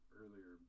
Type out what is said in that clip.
earlier